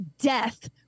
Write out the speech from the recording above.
death